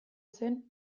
zen